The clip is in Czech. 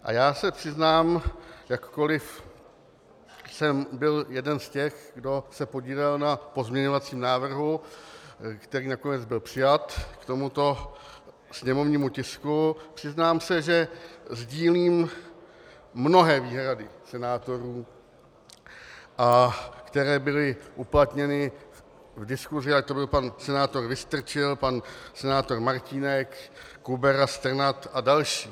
A já se přiznám, jakkoliv jsem byl jeden z těch, kdo se podílel na pozměňovacím návrhu, který nakonec byl přijat k tomuto sněmovnímu tisku, přiznám se, že sdílím mnohé výhrady senátorů, které byly uplatněny v diskusi, ať to byl pan senátor Vystrčil, pan senátor Martínek, Kubera, Strnad a další.